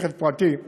רכב פרטי,